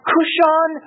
Kushan